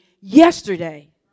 yesterday